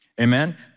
Amen